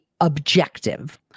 objective